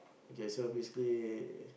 okay so basically